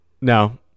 No